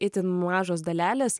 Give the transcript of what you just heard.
itin mažos dalelės